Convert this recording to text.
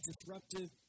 disruptive